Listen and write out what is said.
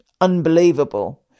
unbelievable